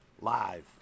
Live